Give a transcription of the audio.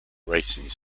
racing